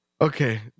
Okay